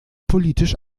politisch